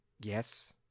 Yes